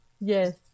yes